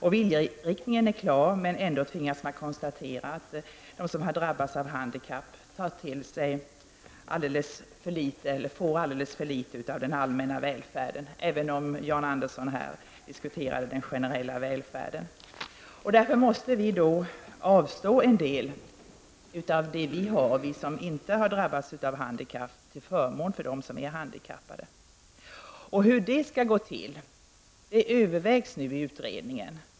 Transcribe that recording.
Viljeinriktningen är klar, men ändå tvingas man konstatera att de som har drabbats av handikapp får alldeles för litet av den allmänna välfärden -- jag säger det trots att Jan Andersson här diskuterade den generella välfärden. Därför måste vi avstå en del av det vi har, vi som inte har drabbats av handikapp, till förmån för dem som är handikappade. Hur det skall gå till övervägs nu i utredningen.